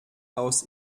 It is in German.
aus